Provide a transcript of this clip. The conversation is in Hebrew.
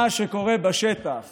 מה שקורה בשטח